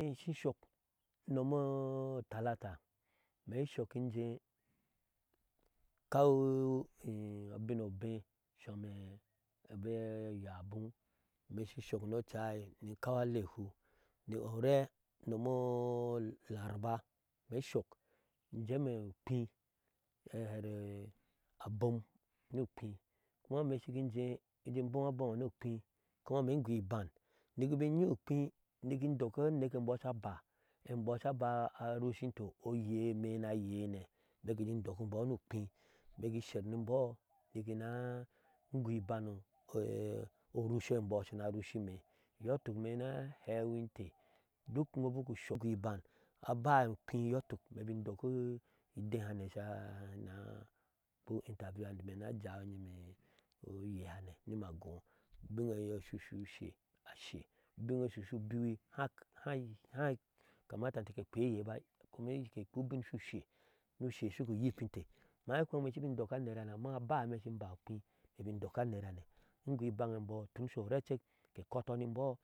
Imeshi in shok unom otalata ime in shok in jee in kaw abin obee shome bee oyabu imee shi inshole ni ocai ni inkaw alehu, orɛɛ unom o laraba imee in shok in jeeme okpii hɛɛ here abom ni ukpii kuma ime shi gi injee in jee in bom abomŋwe ni ikpii kuma imee in shok in jeeme okpii ɛɛ here abom ni ukpii kuma ime shi gi in jee in bom abomŋwe ni ikpii kuma imee in goo iban nik in ba inyi ukpii niki indok aneke eimbɔ sha ba, e imbo sha a ba a rushia e inte oyea ubina ne shana a kpei interview hane imenaa jawinyime oyehane ni ma agoo ubiŋŋe eiyee shu sho sha biwi haa kamata inte ke kpeye ba, meti ke kpea ubin shushee, usheshu ku uyikinte imee haa in hwɛŋŋime shi ni ba ba indok anerhane, in goo ibange eimbɔɔ tun sho orecek ke kɔtɔ imbɔɔ